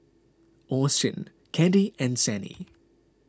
Austyn Caddie and Sannie